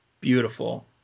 Beautiful